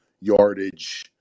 yardage